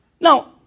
Now